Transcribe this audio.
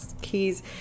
keys